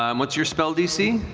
um what's your spell dc?